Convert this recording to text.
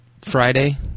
Friday